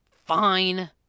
Fine